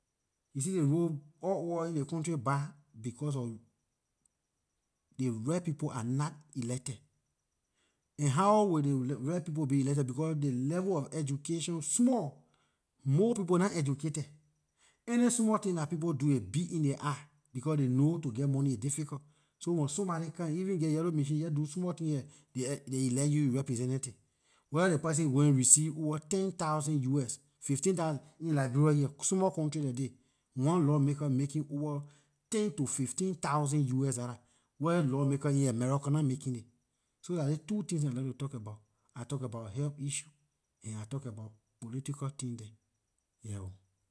You see ley road all over in ley country bad, because of, ley right people are not elected and how will the right people be elected, becor the level of education small, more people nah educated any small thing dah people doing it big in their eye becor they know to get money it difficult, so when somebody come even you geh yellow machine jeh do small thing here they elect you, you representatives, whether ley person going receive over ten thousand us fifteen thousand in liberia here, small country like this one lawmaker making over ten to fifteen thousand us dollar where lawmakers in america nah making it. So dah those two things I like to talk about, I talk about health issue and I talk about political thing dem, yeah oh.